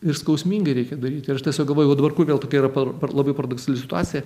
ir skausmingai reikia daryti aš tiesiog galvojau dabar kodėl tokia yra per labai paradoksali situacija